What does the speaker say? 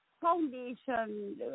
foundation